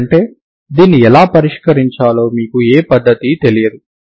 ఎందుకంటే దీన్ని ఎలా పరిష్కరించాలో మీకు ఏ పద్ధతి తెలియదు